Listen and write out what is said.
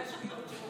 יש מיעוט שמאוכזב.